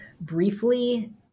briefly